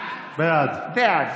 בעד